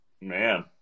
Man